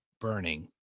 burning